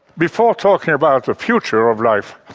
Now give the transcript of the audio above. before talking about the future of life,